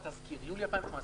בתזכיר יולי 2018,